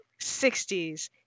60s